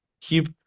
keep